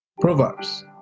Proverbs